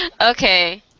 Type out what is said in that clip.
Okay